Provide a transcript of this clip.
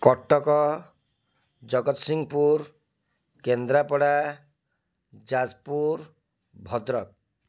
Cuttack Jagatsinghpur Kendrapara Jajpur Bhadrak